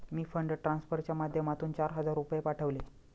मी fund ट्रान्सफरच्या माध्यमातून चार हजार रुपये पाठवले